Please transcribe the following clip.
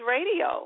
Radio